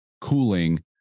cooling